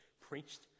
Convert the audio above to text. preached